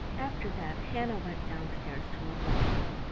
after that hannah went down-stairs to her work again,